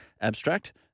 Abstract